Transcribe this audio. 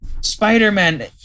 Spider-Man